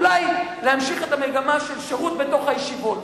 אולי להמשיך את המגמה של שירות בתוך הישיבות.